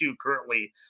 currently